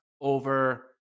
over